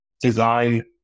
design